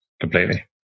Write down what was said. Completely